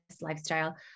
lifestyle